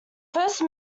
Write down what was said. first